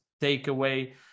takeaway